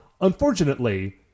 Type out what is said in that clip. unfortunately